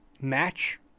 match